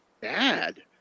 bad